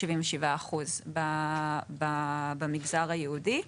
77% במגזר היהודי.